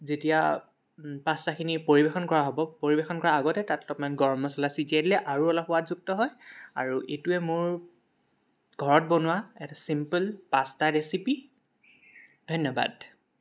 যেতিয়া পাস্তাখিনি পৰিৱেশন কৰা হ'ব পৰিৱেশন কৰা আগতে তাত গৰম মচলা ছটিয়াই দিলে আৰু অলপ সোৱাদযুক্ত হয় আৰু এইটোৱে মোৰ ঘৰত বনোৱা এটা ছিম্পল পাস্তা ৰেচিপি ধন্যবাদ